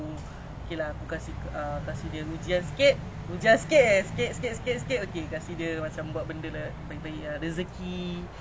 but like what do we know we only know what is our own thoughts only but other people learn from him ya